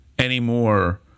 anymore